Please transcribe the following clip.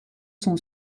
sont